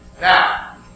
Now